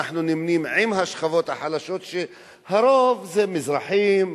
אנחנו נמנים עם השכבות החלשות שהרוב הם מזרחים,